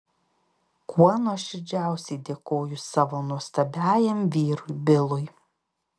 kuo nuoširdžiausiai dėkoju savo nuostabiajam vyrui bilui